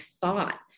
thought